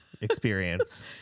experience